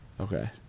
Okay